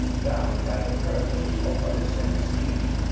down by the purple opalescent sea,